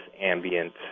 ambient